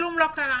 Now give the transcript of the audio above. וכלום לא קרה.